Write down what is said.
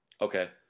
Okay